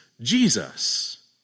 Jesus